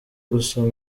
gusoma